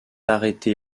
arrêté